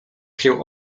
się